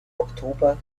oktober